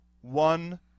one